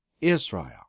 Israel